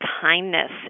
kindness